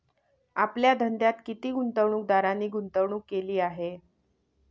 आपल्या धंद्यात किती गुंतवणूकदारांनी गुंतवणूक केली आहे?